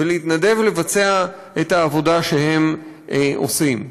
ולהתנדב לבצע את העבודה שהם עושים,